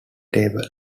table